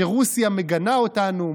רוסיה מגנה אותנו,